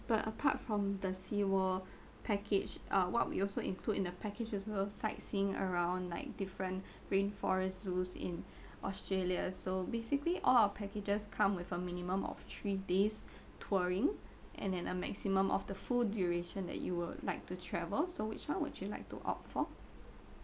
but apart from the sea world package uh what we also include in the package also sightseeing around like different rainforest zoos in australia so basically all our packages come with a minimum of three days touring and and a maximum of the full duration that you would like to travel so which [one] would you like to opt for